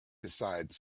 beside